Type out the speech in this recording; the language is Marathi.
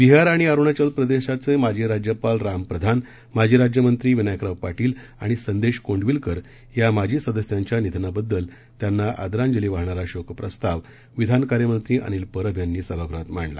विहार आणि अरुणाचल प्रदेशचे माजी राज्यपाल राम प्रधान माजी राज्यमंत्री विनायकराव पाटील आणि संदेश कोंडविलकर या माजी सदस्यांच्या निधनाबद्दल त्यांना आदरांजली वाहणारा शोकप्रस्ताव विधान कार्यमंत्री अनिल परब यांनी सभागृहात मांडला